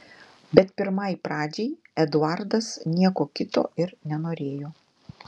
bet pirmai pradžiai eduardas nieko kito ir nenorėjo